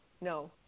no